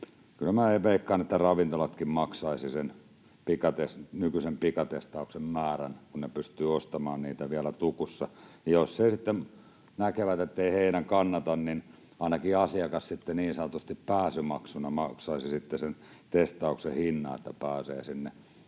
kyllä minä veikkaan, että ravintolatkin maksaisivat sen nykyisen pikatestauksen hinnan, kun ne pystyvät ostamaan niitä vielä tukusta. Jos he sitten näkevät, ettei heidän kannata, niin ainakin asiakas sitten niin sanotusti pääsymaksuna maksaisi sen testauksen hinnan, että pääsee sinne